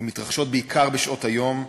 הן מתרחשות בעיקר בשעות היום,